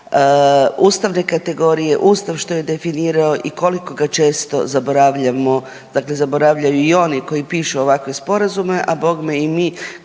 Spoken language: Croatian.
ustavne kategorije, Ustav što je definirao i koliko ga često zaboravljamo dakle zaboravljaju i oni koji pišu ovakve sporazume, a bogme i mi